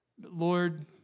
Lord